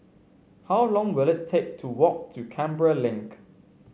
how long will it take to walk to Canberra Link